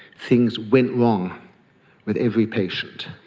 things went wrong with every patient.